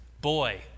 boy